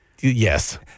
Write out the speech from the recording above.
Yes